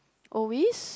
always